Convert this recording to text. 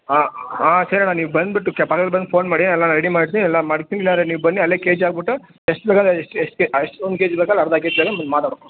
ಹಾಂ ಹಾಂ ಸರಿ ಅಣ್ಣ ನೀವು ಬಂದುಬಿಟ್ಟು ಬಂದು ಫೋನ್ ಮಾಡಿ ಎಲ್ಲ ನಾನು ರೆಡಿ ಮಾಡ್ತೀನಿ ಎಲ್ಲ ಮಾಡಿರ್ತೀನಿ ಇಲ್ಲಾದ್ರೆ ನೀವು ಬನ್ನಿ ಅಲ್ಲೇ ಕೆ ಜಿ ಹಾಕ್ಬುಟ್ಟು ಎಷ್ಟು ಬೇಕಾರೆ ಎಷ್ಟು ಒಂದು ಕೆ ಜಿ ಬೇಕಾರೆ ಅರ್ಧ ಕೆ ಜ್ ತಗಂಡು ಮಾತಾಡೋಣ